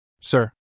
Sir